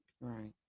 right